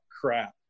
crap